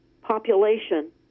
population